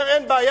אומר: אין בעיה.